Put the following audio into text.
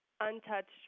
untouched